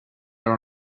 are